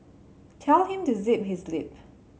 tell him to zip his lip